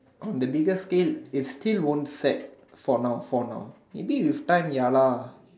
on the bigger scale it still won't set for now for now maybe with time ya lah